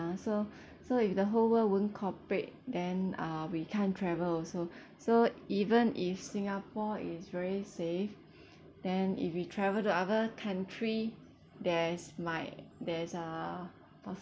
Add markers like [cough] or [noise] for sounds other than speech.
so [breath] so if the whole world won't cooperate then uh we can't travel also [breath] so even if singapore is very safe [breath] then if we travel to other country there's might there's uh